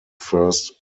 first